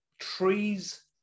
trees